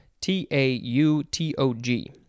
T-A-U-T-O-G